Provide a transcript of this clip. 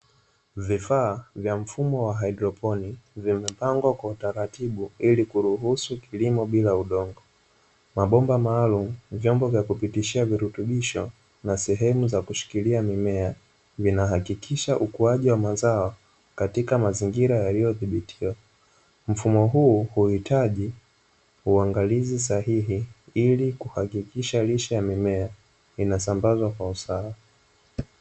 Vifaa vya mfumo wa hydroponi vemepangwa kwa utaratibu ili kuruhusu kilimo bila udongo, mabomba maalumu vyombo vya kupitishia virutubisho na sehemu za kushikilia mimea, vinahakikisha ukuaji wa mazao katika mazingira yaliyodhibitika, mfumo huu huhitaji uangalizi sahihi ili kuhakikisha lishe ya mimea inasambazwa kwa usawa.